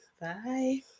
Bye